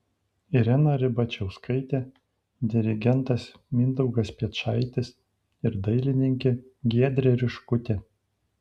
irena ribačiauskaitė dirigentas mindaugas piečaitis ir dailininkė giedrė riškutė